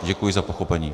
Děkuji za pochopení.